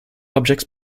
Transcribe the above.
objects